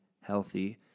healthy